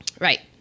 Right